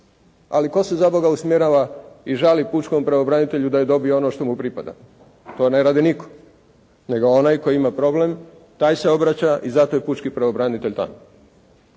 ali tko se zaboga usmjerava i žali pučkom pravobranitelju da je dobio ono što mu pripada, to ne radi nitko nego onaj tko ima problem taj se obraća i zato je pučki pravobranitelj tamo.